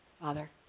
Father